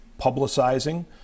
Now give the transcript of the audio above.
publicizing